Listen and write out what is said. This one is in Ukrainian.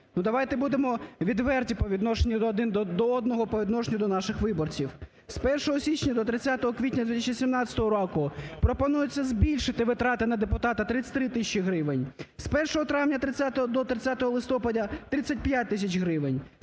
Ну давайте будемо відверто по відношенню один до одного, по відношенню до наших виборців. З 1 січня до 30 квітня 2017 року пропонується збільшити витрати на депутата – 33 тисячі гривень. З 1 травня до 30 листопада – 35 тисяч гривень.